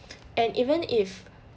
and even if